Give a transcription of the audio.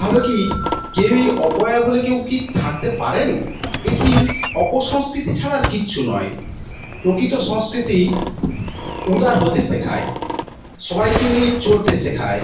তাহলে কি কেউই অপয়া বলে কেউ কি থাকতে পারেন এটি অপসংস্কৃতি ছাড়া আর কিচ্ছু নয় প্রকৃত সংস্কৃতি উদার হতে সেখায় সবাইকে নিয়ে চলতে শেখায়